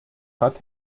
hat